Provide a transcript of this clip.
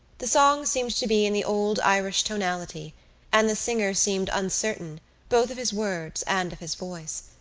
the song seemed to be in the old irish tonality and the singer seemed uncertain both of his words and of his voice.